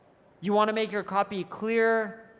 you wanna make your copy clear,